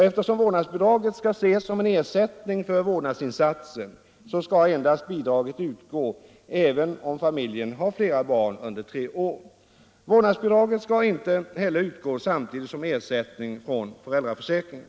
Eftersom vårdnadsbidraget ses som en ersättning för vårdnadsinsatsen skall endast ett bidrag utgå, även om familjen har flera barn under tre år. Vårdnadsbidrag skall inte heller utgå samtidigt som ersättning från föräldraförsäkringen.